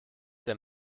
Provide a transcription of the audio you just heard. der